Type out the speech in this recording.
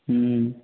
हम